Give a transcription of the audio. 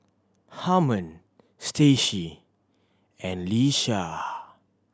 Harmon Stacie and Leisha